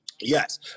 Yes